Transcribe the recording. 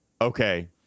okay